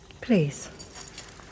Please